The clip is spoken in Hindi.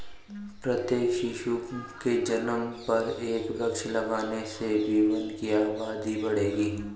प्रत्येक शिशु के जन्म पर एक वृक्ष लगाने से भी वनों की आबादी बढ़ेगी